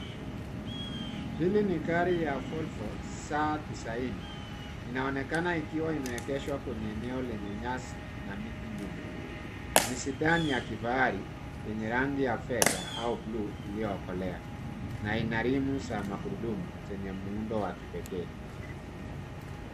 Hili ni gari ya Volvo saa tisaini. Inaonekana ikiwa imeegeshwa kwenye eneo lenye nyasi na miti nyuma. Mizda ni ya kifahari yenye rangi ya fedha au bluu iliyookolea na ina rimu za magurudumu zenye muundo wa kipekee.